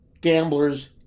gamblers